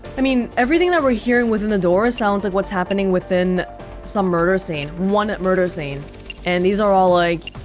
i mean, everything that we're hearing within the door sounds like what's happening within some murder scene, one murder scene and these are all like,